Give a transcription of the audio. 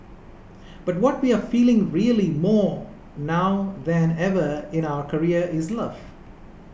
but what we are feeling really more now than ever in our career is love